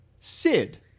Sid